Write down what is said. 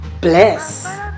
bless